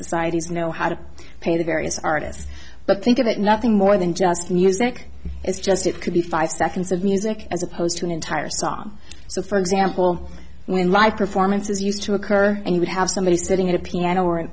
societies know how to pay the various artists but think of it nothing more than just music it's just it could be five seconds of music as opposed to an entire song so for example when live performances used to occur and you would have somebody sitting at a piano or an